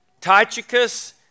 Tychicus